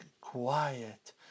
quiet